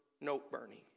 note-burning